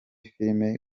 filime